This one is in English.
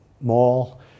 mall